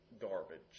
garbage